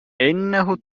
إنها